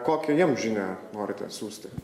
kokią jiem žinią norite siųsti